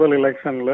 election